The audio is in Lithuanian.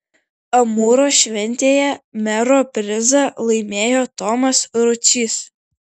amūro šventėje mero prizą laimėjo tomas ručys